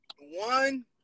one